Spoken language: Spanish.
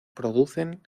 producen